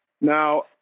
Now